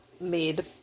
made